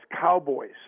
Cowboys